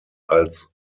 als